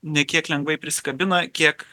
ne kiek lengvai prisikabina kiek